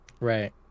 Right